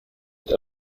mit